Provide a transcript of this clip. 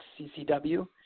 CCW